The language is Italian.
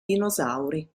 dinosauri